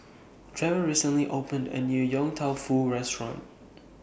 Trevor recently opened A New Yong Tau Foo Restaurant